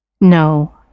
No